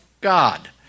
God